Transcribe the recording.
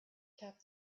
cap